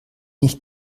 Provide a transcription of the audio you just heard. nicht